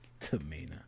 Tamina